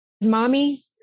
Mommy